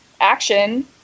action